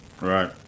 right